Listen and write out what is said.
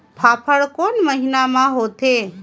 फाफण कोन महीना म होथे?